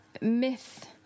myth